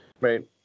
Right